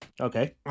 Okay